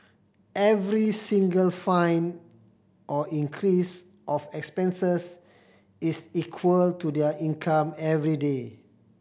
every single fine or increase of expenses is equal to their income everyday